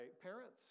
parents